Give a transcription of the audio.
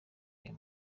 ayo